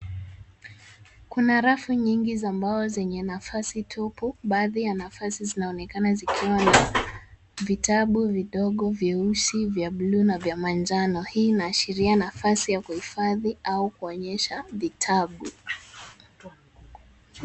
Kuna rafu nyingi za mbao zenye nafasi tupu. Baadhi ya nafasi zinaonekana zikiwa na vitabu vidogo vyeusi, vya blue na vya manjano. Hii inaashiria nafasi ya kuhifadhi au kuonyesha vitabu.